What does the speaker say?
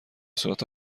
صورت